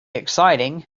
exciting